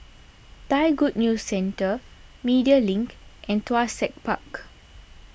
Thai Good News Centre Media Link and Tuas Tech Park